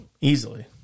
easily